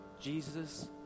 Jesus